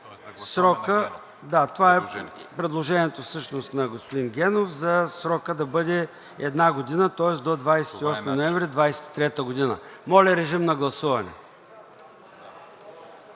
Да, това е предложението всъщност на господин Генов – срокът да бъде една година, тоест до 28 ноември 2023 г. Моля, режим на гласуване.